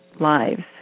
lives